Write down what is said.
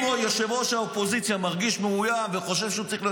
אם ראש האופוזיציה מרגיש מאוים וחושב שהוא צריך,